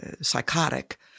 psychotic